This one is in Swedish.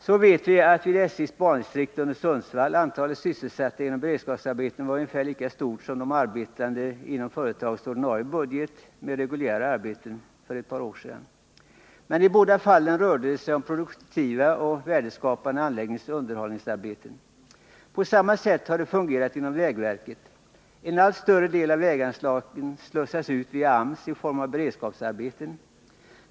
Vi vet exempelvis att vid SJ:s bandistrikt under Sundsvall antalet sysselsatta genom beredskapsarbeten för ett par år sedan var ungefär lika stort som antalet sysselsatta i reguljära arbeten inom företagets ordinarie budget. Men i båda fallen rörde det sig om produktiva och värdeskapande anläggningsoch underhållsarbeten. På samma sätt har det fungerat inom vägverket. En allt större del av väganslagen slussas ut via AMS i form av beredskapsarbeten.